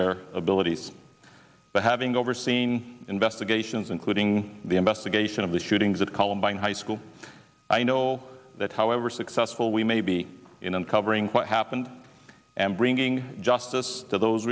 their abilities but having overseen investigations including the investigation of the shootings at columbine high school i know that however successful we may be in uncovering what happened and bringing justice to those